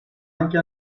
anche